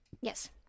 Yes